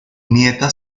nieta